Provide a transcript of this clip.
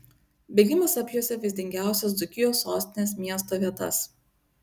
bėgimas apjuosė vaizdingiausias dzūkijos sostinės miesto vietas